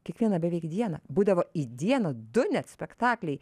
kiekvieną beveik dieną būdavo į dieną du net spektakliai